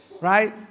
right